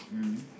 mm